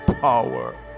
power